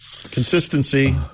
consistency